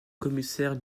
commissaires